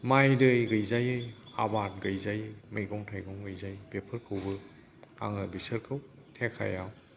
माइ दै गैजायै आबाद गैजायै मैगं थायगं गैजायै बेफोरखौबो आङो बिसोरखौ थेखायाव